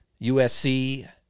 usc